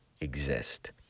exist